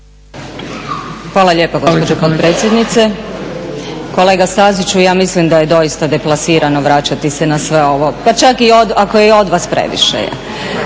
Hvala lijepa gospođo potpredsjednice. Kolega Staziću, ja mislim da je doista deplasirano vraćati se na sve ovo. Pa čak i ako je od vas, previše